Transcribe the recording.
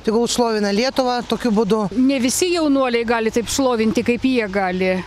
tegul šlovina lietuvą tokiu būdu ne visi jaunuoliai gali taip šlovinti kaip jie gali